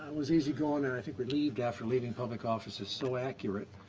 was easy going and i think relieved after leaving public office is so accurate.